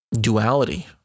duality